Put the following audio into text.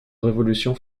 révolution